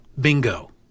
Bingo